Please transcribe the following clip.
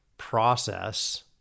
process